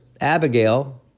Abigail